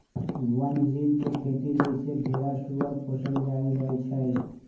वन जीव के खेती जइसे भेरा सूगर पोशल जायल जाइ छइ